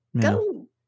Go